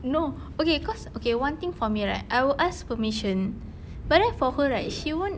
no okay cause okay one thing for me right I will ask permission but then for her right she won't